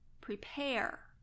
Prepare